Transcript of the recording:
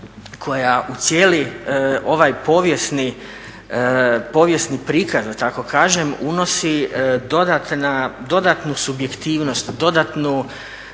koja u cijeli ovaj povijesni prikaz da tako kažem unosi dodatnu subjektivnost, dodatnu